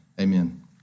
Amen